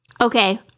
Okay